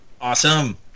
Awesome